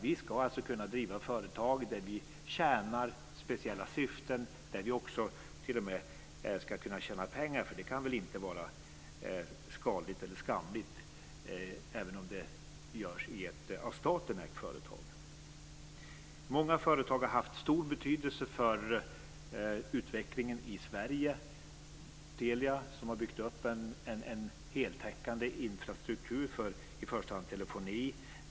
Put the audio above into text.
Vi ska alltså kunna driva företag där vi tjänar speciella syften och där vi t.o.m. ska kunna tjäna pengar - det kan väl inte vara skadligt eller skamligt, även om det sker i ett av staten ägt företag. Många företag har haft stor betydelse för utvecklingen i Sverige. Vi har Telia som har byggt upp en heltäckande infrastruktur i första hand för telefoni.